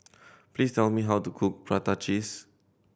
please tell me how to cook prata cheese